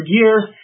years